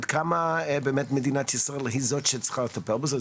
עד כמה מדינת ישראל היא זאת שצריכה לטפל בזה.